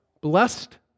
blessed